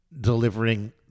delivering